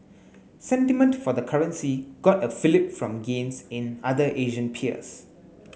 sentiment for the currency got a fillip from gains in other Asian peers